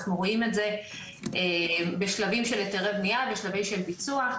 אנחנו רואים את זה בשלבים של היתרי בנייה ושלבי ביצוע.